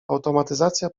automatyzacja